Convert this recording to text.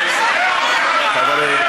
חברים,